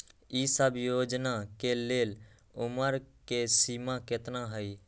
ई सब योजना के लेल उमर के सीमा केतना हई?